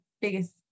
biggest